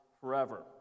forever